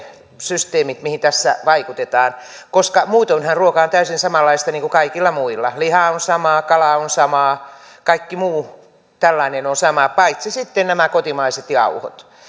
systeemit mihin tässä vaikutetaan koska muutoinhan ruoka on täysin samanlaista kuin kaikilla muilla liha on samaa kala on samaa kaikki muu tällainen on samaa paitsi sitten nämä kotimaiset jauhot